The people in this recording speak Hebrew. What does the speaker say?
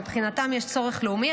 מבחינתם יש צורך לאומי.